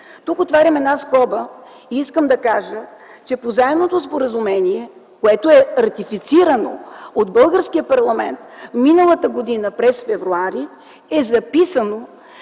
Тук отварям една скоба и искам да кажа, че по заемното споразумение, което е ратифицирано от българския парламент миналата година през февруари, е записано,